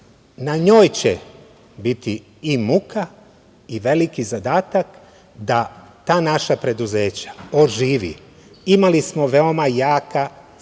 na njoj će biti i muka i veliki zadatak da ta naša preduzeća oživi. Imali smo veoma jaka, dobra,